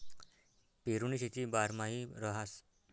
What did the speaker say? पेरुनी शेती बारमाही रहास